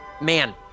Man